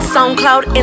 SoundCloud